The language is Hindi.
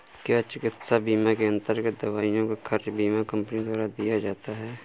क्या चिकित्सा बीमा के अन्तर्गत दवाइयों का खर्च बीमा कंपनियों द्वारा दिया जाता है?